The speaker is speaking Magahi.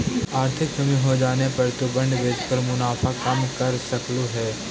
आर्थिक कमी होजाने पर तु बॉन्ड बेचकर मुनाफा कम कर सकलु हे